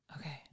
Okay